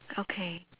okay